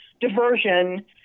diversion